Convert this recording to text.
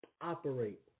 operate